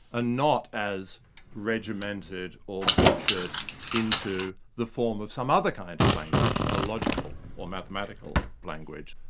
ah not as regimented or butchered into the form of some other kind of language, a logical or mathematical language.